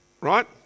right